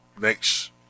next